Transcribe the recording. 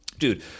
dude